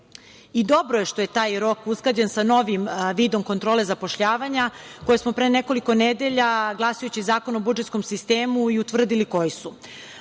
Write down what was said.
godine. Dobro je što je taj rok usklađen sa novim vidom kontrole zapošljavanja koje smo pre nekoliko nedelja glasajući Zakon o budžetskom sistemu, i utvrdili koji su.